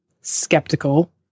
skeptical